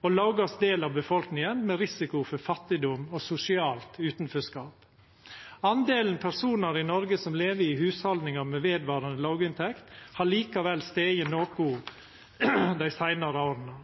og lågast del av befolkninga med risiko for fattigdom og sosialt utanforskap. Delen av personar i Noreg som lever i hushald med vedvarande låginntekt, har likevel stige noko dei seinare åra.